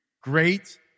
Great